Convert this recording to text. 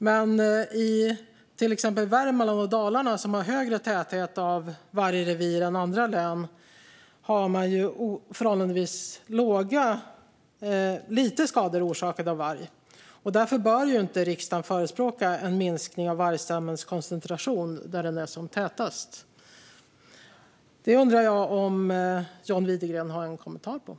Men i till exempel Värmland och Dalarna, som har högre täthet av vargrevir än andra län, har man förhållandevis lite skador orsakade av varg. Därför bör inte riksdagen förespråka en minskning av vargstammens koncentration där den är som tätast. Det undrar jag om John Widegren har en kommentar om.